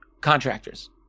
contractors